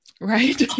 Right